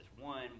One